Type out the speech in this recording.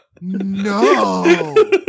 no